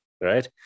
Right